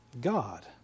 God